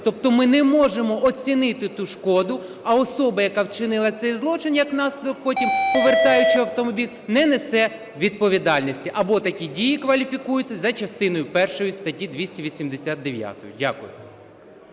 Тобто ми не можемо оцінити ту шкоду, а особа, яка вчинила цей злочин, як наслідок потім, повертаючи автомобіль, не несе відповідальності, або такі дії кваліфікуються за частиною першою статті 289. Дякую.